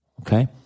Okay